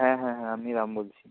হ্যাঁ হ্যাঁ হ্যাঁ আমি রাম বলছি